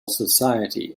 society